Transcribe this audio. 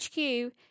HQ